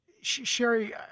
Sherry